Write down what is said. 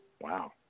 Wow